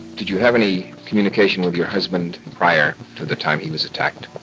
did you have any communication with your husband prior to the time he was attacked?